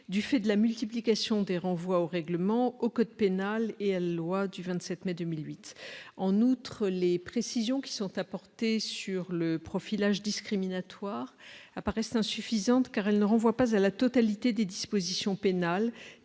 du fait de la multiplication des renvois au règlement, au code pénal et à la loi du 27 mai 2008. En outre, les précisions qui sont apportées sur le profilage discriminatoire apparaissent insuffisantes, car elles ne renvoient pas à la totalité des dispositions pénales